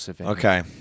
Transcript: Okay